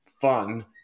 fun